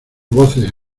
voces